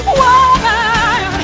woman